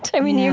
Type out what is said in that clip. i mean, yeah